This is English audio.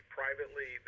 privately